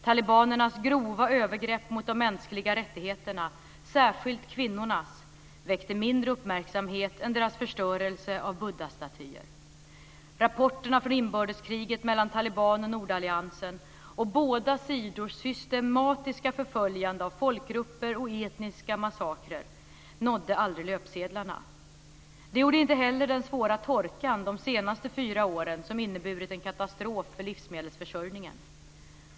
Talibanernas grova övergrepp mot de mänskliga rättigheterna, särskilt kvinnornas, väckte mindre uppmärksamhet än deras förstörelse av Buddhastatyer. Rapporterna från inbördeskriget mellan talibanerna och nordalliansen och båda sidors systematiska förföljande av folkgrupper och etniska massakrer nådde aldrig löpsedlarna. Det gjorde inte heller den svåra torkan de senaste fyra åren, som inneburit en katastrof för livsmedelsförsörjningen.